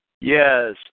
Yes